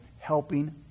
helping